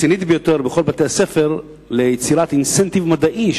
רצינית ביותר בכל בתי-הספר ליצירת אינסנטיב מדעי,